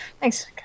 Thanks